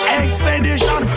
expedition